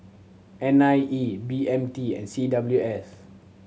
N I E B M T and C W S